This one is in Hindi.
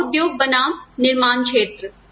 सेवा उद्योग बनाम निर्माण क्षेत्र